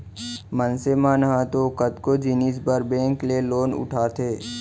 मनसे मन ह तो कतको जिनिस बर बेंक ले लोन उठाथे